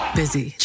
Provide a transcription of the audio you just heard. busy